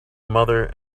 mother